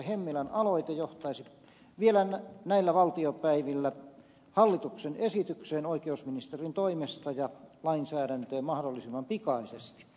hemmilän aloite johtaisi vielä näillä valtiopäivillä hallituksen esitykseen oikeusministerin toimesta ja lainsäädäntöön mahdollisimman pikaisesti